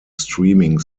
streaming